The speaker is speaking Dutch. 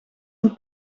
een